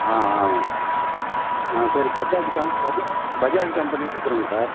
ஆ ஆ ஆ சரி பஜாஜ் கம் பஜாஜ் பஜாஜ் கம்பெனியே கொடுத்துருங்க சார்